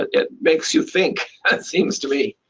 it it makes you think, and it seems to me.